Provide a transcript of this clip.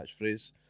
catchphrase